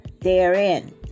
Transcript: therein